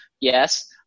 yes